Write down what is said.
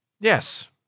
Yes